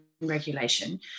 regulation